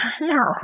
no